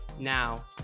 Now